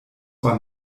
war